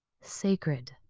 sacred